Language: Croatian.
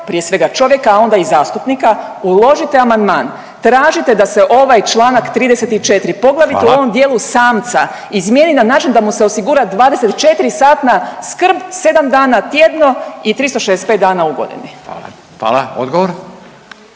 prije svega čovjeka, a onda i zastupnika, uložite amandman, tražite da se ovaj čl. 34. …/Upadica Radin: Hvala/…poglavito u ovom dijelu samca, izmijeni na način da mu se osigura 24 satna skrb 7 dana tjedno i 365 dana u godini. **Radin,